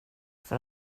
för